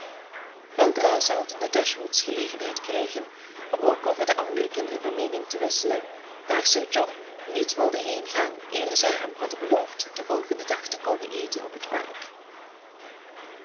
weldra zouden de dashwoods gelegenheid krijgen om ook over de andere kinderen van meening te wisselen daar sir john niet wilde heengaan eer zij hem hadden beloofd den volgenden dag te komen eten op het park